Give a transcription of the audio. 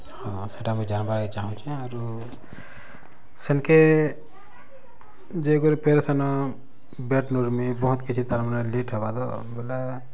ହଁ ସେଟା ମୁଇଁ ଯାନ୍ବାର୍ ଲାଗି ଚାଁହୁଛେ ଆରୁ ସେନ୍ କେ ଯେଇ କରି ଫେର୍ ସେନ ବେଡ୍ ନୁର୍ମି ବହୁତ୍ କିଛି ତାର୍ ମାନେ ଲେଟ୍ ହେବା ତ ବେଲେ